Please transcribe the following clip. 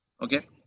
Okay